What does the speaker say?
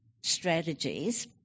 strategies